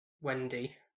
Wendy